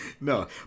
No